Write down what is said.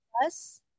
Plus